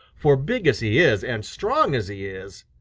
for big as he is and strong as he is,